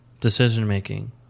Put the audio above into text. decision-making